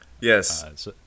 Yes